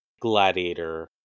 Gladiator